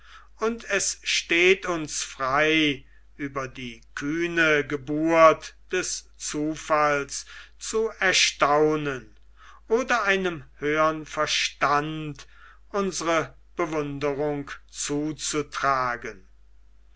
und es steht uns frei über die kühne geburt des zufalls zu erstaunen oder einem höhern verstand unsere bewunderung zuzutragen